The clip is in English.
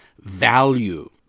value